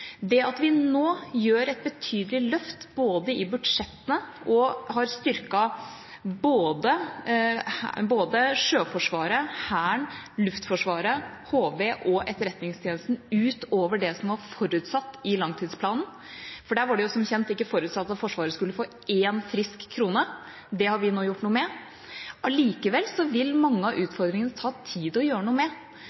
vi et betydelig løft i budsjettene, og vi har styrket både Sjøforsvaret, Hæren, Luftforsvaret, HV og Etterretningstjenesten utover det som var forutsatt i langtidsplanen, for der var det som kjent ikke forutsatt at Forsvaret skulle få én frisk krone. Det har vi nå gjort noe med. Allikevel vil mange av